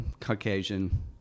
Caucasian